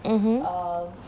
mmhmm